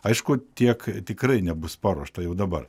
aišku tiek tikrai nebus paruošta jau dabar